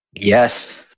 Yes